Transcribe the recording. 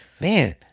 man